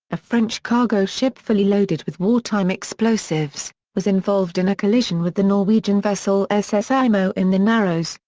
a french cargo ship fully loaded with wartime explosives, was involved in a collision with the norwegian vessel ss imo in the narrows,